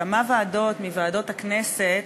מכמה ועדות מוועדות הכנסת,